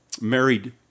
married